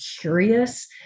curious